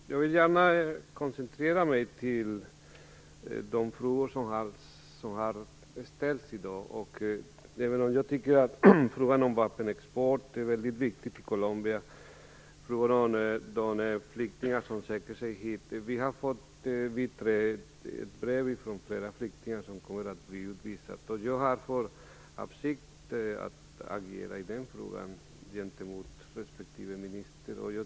Herr talman! Jag vill koncentrera mig på de frågor som ställts i dag, även om jag tycker att frågan om vapenexport är mycket viktig för Colombia, liksom frågan om de flyktingar som söker sig hit. Vi har fått brev från flera flyktingar som kommer att bli utvisade, och jag har för avsikt att agera i den frågan gentemot respektive minister.